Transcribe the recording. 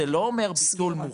עצמאיים בקהילה,